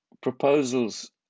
proposals